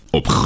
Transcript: op